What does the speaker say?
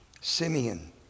Simeon